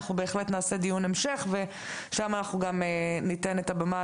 אנחנו בהחלט נעשה דיון המשך ושם ניתן את הבמה